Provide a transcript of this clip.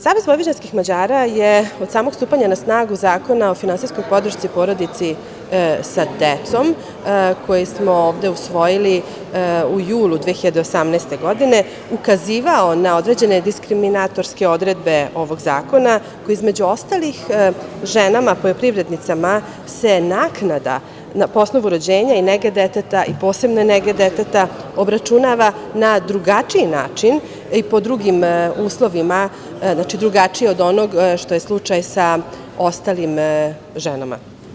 Savez vojvođanskih Mađara je od samog stupanja na snagu Zakona o finansijskoj podršci porodici sa decom koji smo ovde usvojili u julu 2018. godine ukazivao na određene diskriminatorske odredbe ovog zakona, koje između ostalih, ženama poljoprivrednicama se naknada po osnovu rođenja i nege deteta i posebne nege deteta obračuna na drugačiji način i po drugim uslovima, znači od onoga što je slučaj sa ostalim ženama.